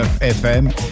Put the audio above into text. fm